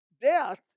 Death